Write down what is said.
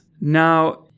Now